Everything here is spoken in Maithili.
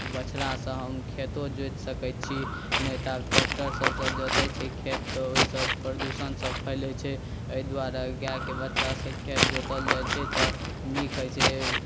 बछड़ासँ हम खेतो जोति सकैत छी नहि तऽ आब ट्रैक्टरसभसँ जोतैत छै खेत तऽ ओहिसँ प्रदूषणसभ फैलैत छै एहि दुआरे गाएके बच्चासँ खेत जोतल जाइत छै तऽ नीक होइत छै